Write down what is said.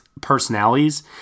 personalities